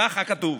ככה כתוב.